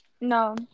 No